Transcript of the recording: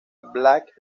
black